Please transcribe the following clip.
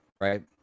right